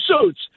suits